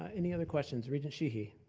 ah any other questions? regent sheehy.